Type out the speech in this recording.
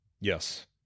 Yes